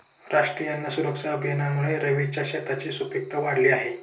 राष्ट्रीय अन्न सुरक्षा अभियानामुळे रवीशच्या शेताची सुपीकता वाढली आहे